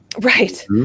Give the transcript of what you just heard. Right